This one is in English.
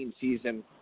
season